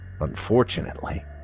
Unfortunately